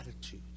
attitude